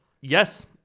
yes